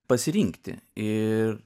pasirinkti ir